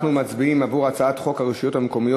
אנחנו מצביעים על הצעת חוק הרשויות המקומיות